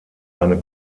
eine